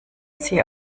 sie